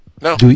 No